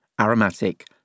aromatic